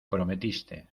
prometiste